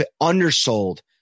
undersold